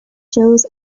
shows